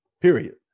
period